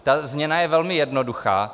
Ta změna je velmi jednoduchá.